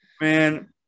man